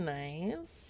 nice